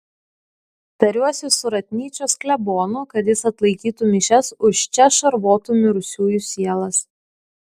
tariuosi su ratnyčios klebonu kad jis atlaikytų mišias už čia šarvotų mirusiųjų sielas